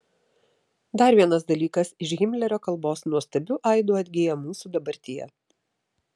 dar vienas dalykas iš himlerio kalbos nuostabiu aidu atgyja mūsų dabartyje